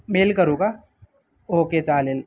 mail करू का okay चालेल